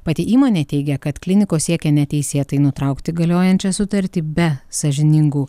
pati įmonė teigia kad klinikos siekia neteisėtai nutraukti galiojančią sutartį be sąžiningų